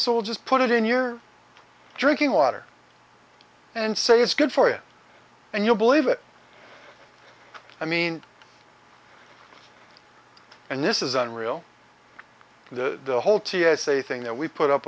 soldiers put it in your drinking water and say it's good for you and you believe it i mean and this isn't real the whole t s a thing that we put up